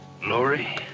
Laurie